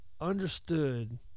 understood